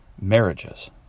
marriages